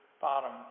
bottom